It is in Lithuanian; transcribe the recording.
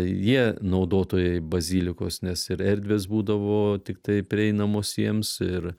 jie naudotojai bazilikos nes ir erdvės būdavo tiktai prieinamos jiems ir